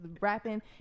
rapping